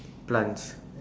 plants